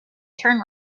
turn